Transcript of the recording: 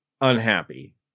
unhappy